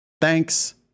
Thanks